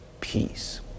peace